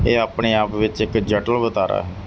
ਇਹ ਆਪਣੇ ਆਪ ਵਿੱਚ ਇੱਕ ਜਟਲ ਵਰਤਾਰਾ ਹੈ